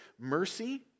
mercy